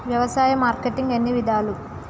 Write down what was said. వ్యవసాయ మార్కెటింగ్ ఎన్ని విధాలు?